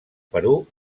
perú